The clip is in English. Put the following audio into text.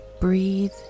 Breathe